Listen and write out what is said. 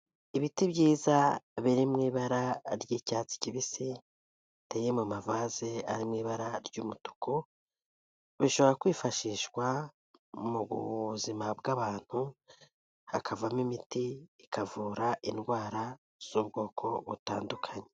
Ibiti byiza biri mu ibara ry'icyatsi kibisi, biteye mu mavaze ari mu ibara ry'umutuku, bishobora kwifashishwa mu buzima bw'abantu, hakavamo imiti ikavura indwara z'ubwoko butandukanye.